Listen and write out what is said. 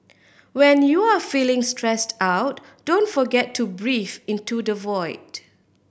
when you are feeling stressed out don't forget to breathe into the void